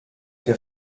der